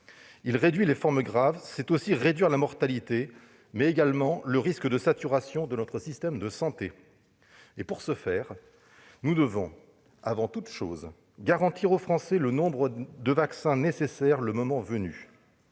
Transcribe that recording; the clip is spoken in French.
Or réduire les formes graves, c'est diminuer non seulement la mortalité, mais également le risque de saturation de notre système de santé. Pour réussir, nous devons, avant toute chose, garantir aux Français le nombre de vaccins nécessaires le moment venu.